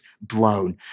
blown